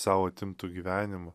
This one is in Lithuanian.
sau atimtų gyvenimu